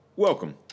Welcome